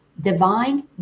divine